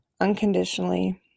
unconditionally